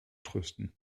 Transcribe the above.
trösten